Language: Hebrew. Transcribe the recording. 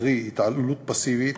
קרי התעללות פסיבית,